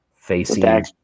facing